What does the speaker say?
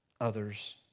others